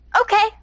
Okay